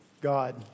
God